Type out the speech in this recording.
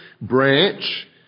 branch